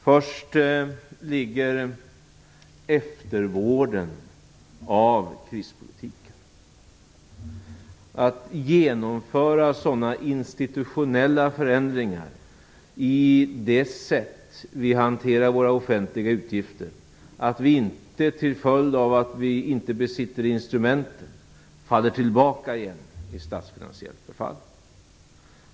Först ligger eftervården av krispolitiken - att genomföra sådana institutionella förändringar i sättet att hantera våra offentliga utgifter att vi inte, till följd av att vi inte besitter instrumenten, faller tillbaka igen i statsfinansiellt förfall.